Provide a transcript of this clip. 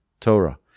torah